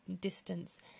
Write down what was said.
distance